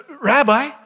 Rabbi